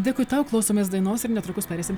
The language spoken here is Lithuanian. dėkui tau klausomės dainos ir netrukus pereisim